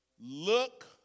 Look